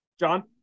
John